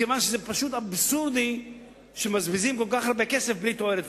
מכיוון שזה אבסורדי שמבזבזים כל כך הרבה כסף בלי תועלת.